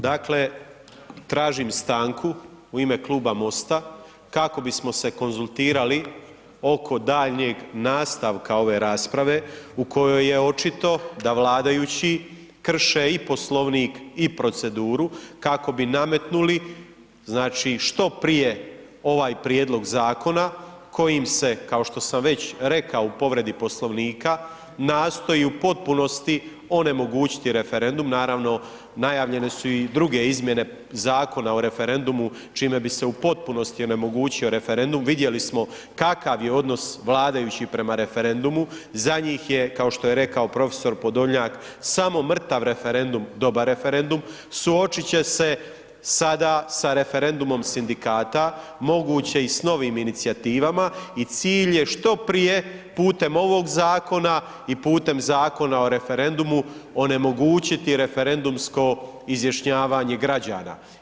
Dakle, tražim stanku u ime Kluba MOST-a kako bismo se konzultirali oko daljnjeg nastavka ove rasprave u kojoj je očito da vladajući krše i Poslovnik i proceduru kako bi nametnuli, znači, što prije ovaj prijedlog zakona kojim se, kao što sam već rekao u povredi Poslovnika, nastoji u potpunosti onemogućiti referendum, naravno, najavljene su i druge izmjene Zakona o referendumu čime bi se u potpunosti onemogućio referendum, vidjeli smo kakav je odnos vladajućih prema referendumu, za njih je, kao što je rekao prof. Podolnjak, samo mrtav referendum, dobar referendum, suočit će se sada sa referendumom sindikata, moguće i s novim inicijativama i cilj je što prije putem ovog zakona i putem Zakona o referendumu onemogućiti referendumsko izjašnjavanje građana.